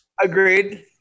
Agreed